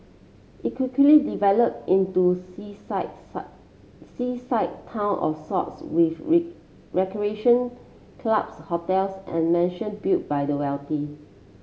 it quickly developed into seaside seaside town of sorts with recreation clubs hotels and mansion built by the wealthy